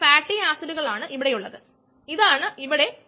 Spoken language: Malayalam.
അത് മനസ്സിൽ വയ്ക്കുക നമ്മൾ അതിലേക്ക് മടങ്ങും